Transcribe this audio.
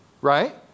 right